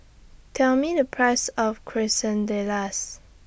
Tell Me The Price of Quesadillas